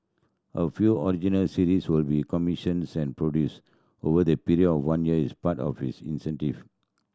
a few original series will be commissions and produced over the period of one year is part of this